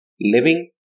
living